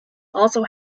also